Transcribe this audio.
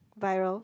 viral